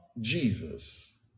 Jesus